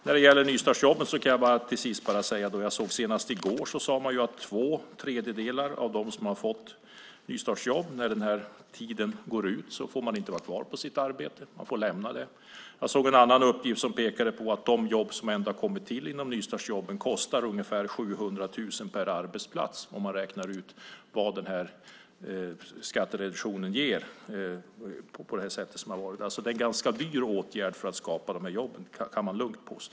När det gäller nystartsjobben kan jag till sist bara säga att jag senast i går såg att två tredjedelar av dem som har fått nystartsjobb inte får vara kvar på sina arbeten när den tiden går ut. De får lämna dem. Jag såg en annan uppgift som pekade på att de nystartsjobb som ändå har kommit till kostar ungefär 700 000 per arbetsplats om man räknar ut vad skattereduktionen ger. Det är alltså en ganska dyr åtgärd att skapa de jobben, kan man lugnt påstå.